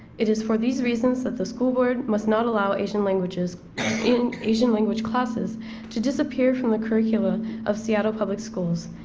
it is for these reasons that the school board must not allow asian languages or and asian language classes to disappear from the curricula of seattle public schools.